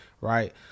right